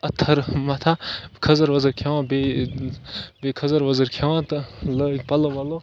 أتھٕر مَتھان کھٔزٕر ؤزٕر کھٮ۪وان بیٚیہِ بیٚیہِ کھٔزٕر ؤزٕر کھٮ۪وان تہٕ لٲگۍ پَلو وَلو